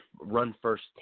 run-first